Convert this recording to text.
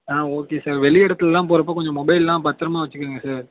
ஆ okay sir வெளி இடத்துலலாம் போகிறப்போ கொஞ்சம் மொபைலெலாம் பத்திரமா வச்சுக்குங்க சார்